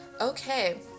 okay